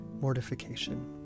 mortification